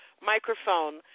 microphone